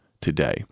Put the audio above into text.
today